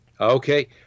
Okay